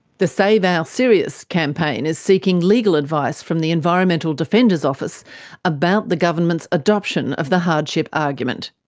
the save our sirius campaign is seeking legal advice from the environmental defenders office about the government's adoption of the hardship argument.